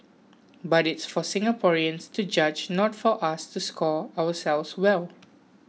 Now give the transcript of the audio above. but it's for Singaporeans to judge not for us to score ourselves well